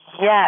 Yes